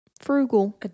Frugal